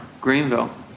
Greenville